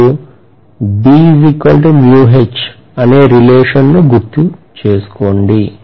మీరు అనే రిలేషన్ ను గుర్తుచేసుకోండి